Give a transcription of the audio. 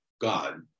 God